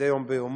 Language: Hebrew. מדי יום ביומו,